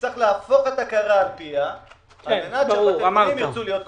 צריך להפוך את הקערה על פיה על מנת שבתי חולים ירצו להיות כמותם.